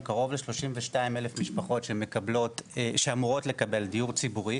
קרוב ל-32,000 משפחות שאמורות לקבל דיור ציבורי,